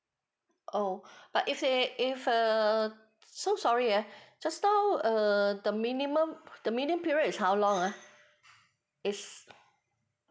orh but if say if uh so sorry ya just now err the minimum the minimum period is how long ha